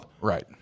Right